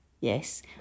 yes